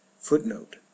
Footnote